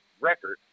record